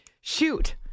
Shoot